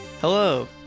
hello